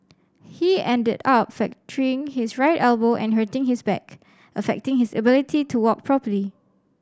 he ended up fracturing his right elbow and hurting his back affecting his ability to walk properly